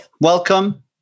welcome